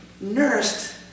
nursed